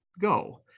go